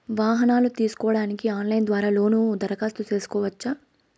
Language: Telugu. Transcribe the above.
వాహనాలు తీసుకోడానికి ఆన్లైన్ ద్వారా లోను దరఖాస్తు సేసుకోవచ్చా?